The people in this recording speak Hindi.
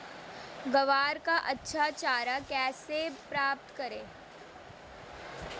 ग्वार का अच्छा चारा कैसे प्राप्त करें?